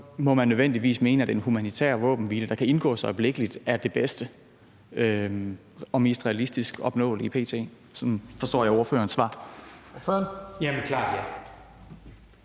må man nødvendigvis mene, at en humanitær våbenhvile, der kan indgås øjeblikkelig, er det bedste og mest realistisk opnåelige p.t. Sådan forstår jeg ordførerens svar.